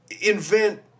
invent